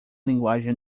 linguagem